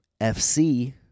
fc